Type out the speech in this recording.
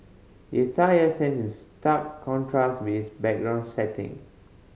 the attire stands in stark contrast with background setting